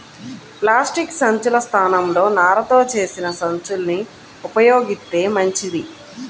plastic సంచుల స్థానంలో నారతో చేసిన సంచుల్ని ఉపయోగిత్తే మంచిది